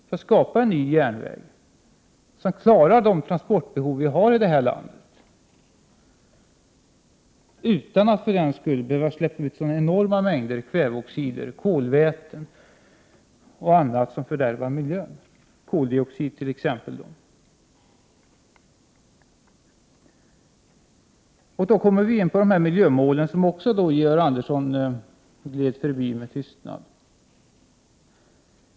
Man måste skapa en ny järnväg som klarar de transportbehov vi har här i landet utan att vi för den skull behöver släppa ut sådana enorma mängder kväveoxider, kolväten, koldioxid och annat som fördärvar miljön. Jag kommer nu in på miljömålen, som Georg Andersson också gled förbi med tystnad.